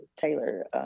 Taylor